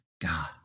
God